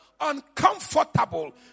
uncomfortable